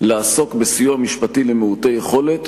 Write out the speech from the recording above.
לעסוק בסיוע משפטי למעוטי יכולת,